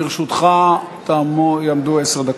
לרשותך יעמדו עשר דקות.